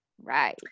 Right